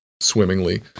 swimmingly